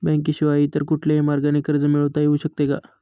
बँकेशिवाय इतर कुठल्या मार्गाने कर्ज मिळविता येऊ शकते का?